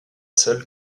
seule